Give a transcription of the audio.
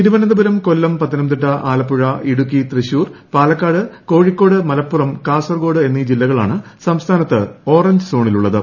തിരുവനന്തപുരം കൊല്ലം പത്തനംതിട്ട ആലപ്പുഴ ഇടുക്കി തൃശൂർ പാലക്കാട് ക്ലോഴിക്കോട് മലപ്പുറം കാസർകോട് എന്നീ ജില്ലകളാണ് സംസ്ഥാനത്ത് ഓറഞ്ച് സോണിലുള്ളത്